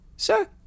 Sir